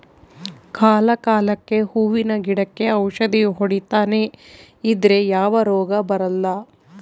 ಕಾಲ ಕಾಲಕ್ಕೆಹೂವಿನ ಗಿಡಕ್ಕೆ ಔಷಧಿ ಹೊಡಿತನೆ ಇದ್ರೆ ಯಾವ ರೋಗ ಬರಲ್ಲ